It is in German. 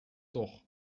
doch